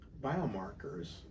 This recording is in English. biomarkers